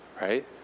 right